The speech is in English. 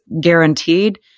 guaranteed